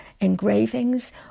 engravings